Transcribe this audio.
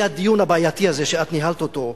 היה הדיון הבעייתי הזה שאת ניהלת אותו,